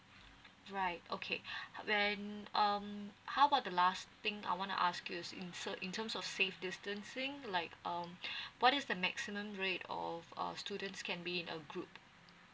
right okay when um how about the last thing I want to ask you in sa~ in terms of safe distancing like um what is the maximum rate of err students can be in a group